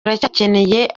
uracyakeneye